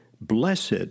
Blessed